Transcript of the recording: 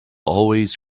always